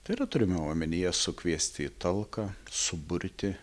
tai yra turima omenyje sukviesti į talką suburti